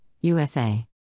USA